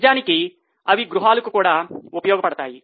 నిజానికి అవి గృహాలకు కూడా ఉపయోగపడతాయి